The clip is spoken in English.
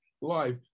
life